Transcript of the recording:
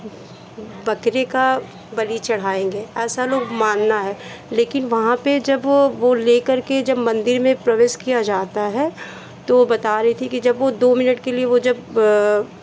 बकरे का बलि चढ़ाएंगे ऐसा लोग मानना है लेकिन वहाँ पे जब वो लेकर के जब मंदिर में प्रवेश किया जाता है तो वो बता रही थी कि जब वो दो मिनट के लिए वो जब